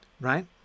right